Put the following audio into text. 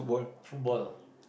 football